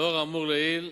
לאור האמור לעיל,